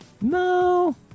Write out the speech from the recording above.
No